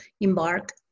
embark